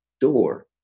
door